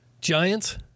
Giants